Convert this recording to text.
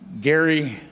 Gary